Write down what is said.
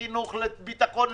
לחינוך, לביטחון.